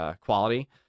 quality